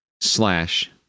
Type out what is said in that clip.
slash